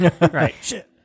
Right